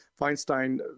Feinstein